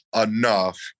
enough